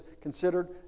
considered